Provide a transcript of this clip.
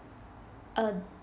uh